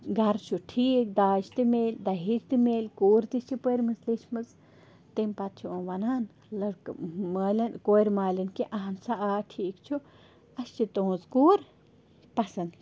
گَرٕ چھُ ٹھیٖک داج تہِ میلہِ دہیج تہِ میلہِ کوٗر تہِ چھِ پٔرمٕژ لیچھمٕژ تمہِ پَتہٕ چھِ یِم وَنان لَڑکہٕ مالٮ۪ن کورِ مالٮ۪ن کہِ آہَن سا آ ٹھیٖک چھُ اَسہِ چھِ تُہٕنٛز کوٗر پٮسنٛد